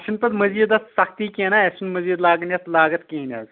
اسہِ چھُنہٕ پتہٕ مٔزیٖد اتھ سختی کیٚنٛہہ نا اسہِ چھِنہٕ مٔزیٖد لاگٕنۍ اتھ لاگت کِہیٖنٛۍ حظ